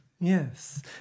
yes